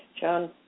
John